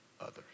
others